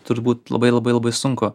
turbūt labai labai labai sunku